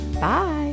Bye